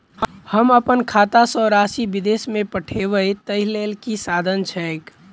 हम अप्पन खाता सँ राशि विदेश मे पठवै ताहि लेल की साधन छैक?